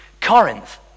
Corinth